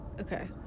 Okay